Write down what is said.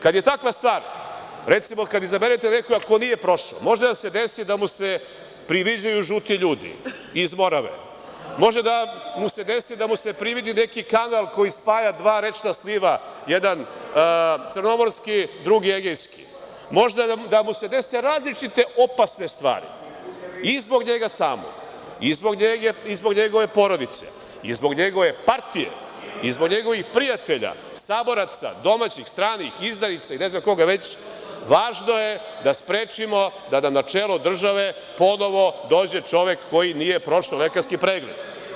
Kad je takva stvar, recimo izaberete nekog ko nije prošao, može da se desi da mu se priviđaju žuti ljudi iz Morave, može da mu se desi da mu se prividi neki kanal koji spaja dva rečna sliva, jedan crnomorski, drugi egejski, mogu da mu se dese različite opasne stvari, i zbog njega samog, i zbog njegove porodice, i zbog njegove partije, i zbog njegovih prijatelja, saboraca, domaćih, stranih, izdajica, ne znam koga već, važno je da sprečimo da na čelo države ponovo dođe čovek koji nije prošao lekarski pregled.